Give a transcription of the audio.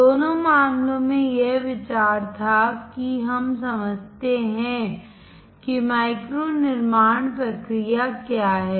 दोनों मामलों में यह विचार था कि हम समझते हैं कि माइक्रो निर्माण प्रक्रिया क्या है